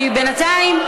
כי בינתיים,